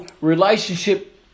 relationship